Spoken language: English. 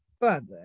further